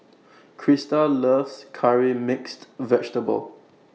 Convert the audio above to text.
Krysta loves Curry Mixed Vegetable